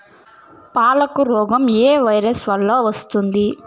పాలకు రోగం ఏ వైరస్ వల్ల వస్తుంది?